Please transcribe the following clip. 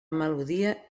melodia